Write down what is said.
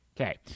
Okay